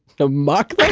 so mock like